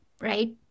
right